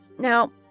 Now